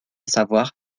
savoir